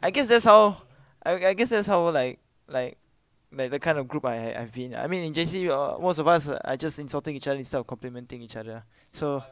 I guess that's how I I guess that's how like like like the kind of group I had I've been I mean in J_C or most of us are just insulting each other instead of complimenting each other ah so